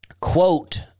quote